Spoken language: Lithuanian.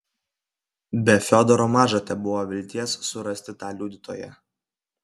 be fiodoro maža tebuvo vilties surasti tą liudytoją